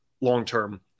long-term